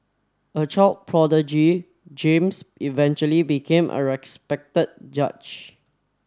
a child prodigy James eventually became a respected judge